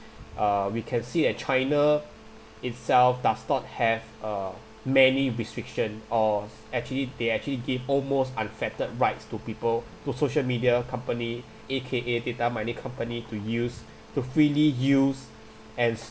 uh we can see a china itself does not have uh many restriction or actually they actually gave almost unfettered rights to people to social media company A_K_A data mining company to use to freely use hence